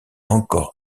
encore